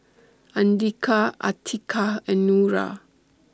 Andika Atiqah and Nura